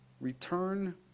return